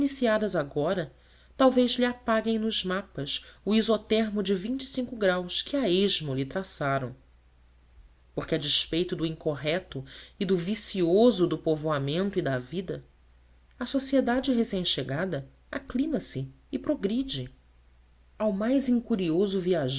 agora talvez lhe apaguem nos mapas o isotermo de graus que a esmo lhe traçaram porque a despeito do incorreto e do vicioso do povoamento e da vida a sociedade recémchegada aclima se e progride ao mais